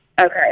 Okay